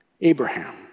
Abraham